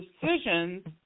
decisions